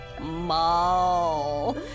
Mall